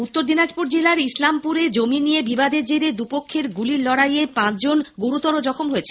উত্তর দিনাজপুর জেলার ইসলামপুরে জমি নিয়ে বিবাদের জেরে দুপক্ষের গুলির লড়াইয়ে পাঁচজন গুরুতর জখম হয়েছেন